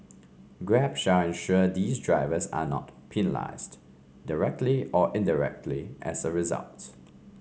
grab shall ensure these drivers are not directly or indirectly as a results